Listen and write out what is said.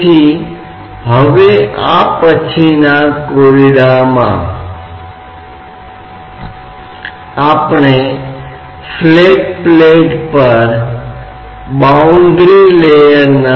यहां जब भी हम सतह तनाव बल पर चर्चा कर रहे थे हम मान रहे थे कि दबाव एक विशेष तरीके से वितरित किया जा रहा है